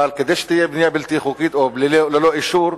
אבל כדי שלא תהיה בנייה בלתי חוקית או ללא אישור,